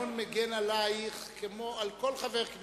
התקנון מגן עלייך, כמו על כל חבר כנסת.